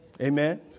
Amen